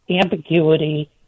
ambiguity